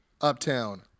Uptown